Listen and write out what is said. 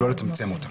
ולא לצמצם אותה.